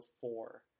four